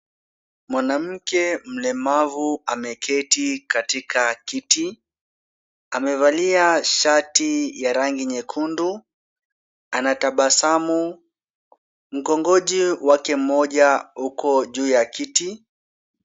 Mwanamke mlemavu ameketi katika kiti, amevalia shati ya rangi nyekundu, anatabasamu. Mkongoji wake mmoja uko juu ya kiti.